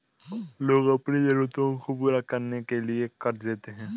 लोग अपनी ज़रूरतों को पूरा करने के लिए क़र्ज़ लेते है